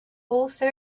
also